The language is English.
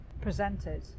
presented